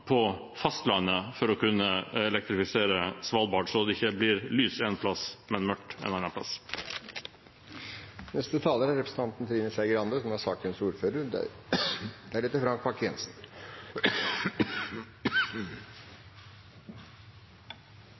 på fastlandet, for å kunne elektrifisere Svalbard – slik at det ikke blir lys en plass, men mørkt en annen plass.